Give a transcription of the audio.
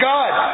God